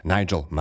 Nigel